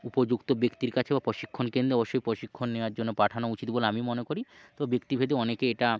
উপযুক্ত ব্যক্তির কাছে বা প্রশিক্ষণ কেন্দ্রে অবশ্যই প্রশিক্ষণ নেওয়ার জন্য পাঠানো উচিত বলে আমি মনে করি তো ব্যক্তিভেদে অনেকে এটা